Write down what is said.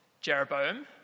Jeroboam